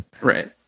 Right